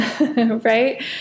right